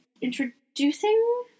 introducing